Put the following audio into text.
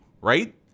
right